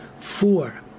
four